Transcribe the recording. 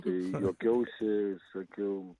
tai juokiausi sakiau